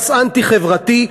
מס אנטי-חברתי,